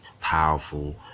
powerful